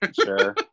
Sure